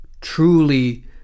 truly